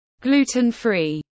gluten-free